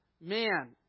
man